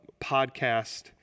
podcast